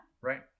Right